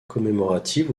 commémorative